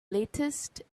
latest